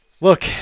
Look